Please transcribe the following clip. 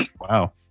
Wow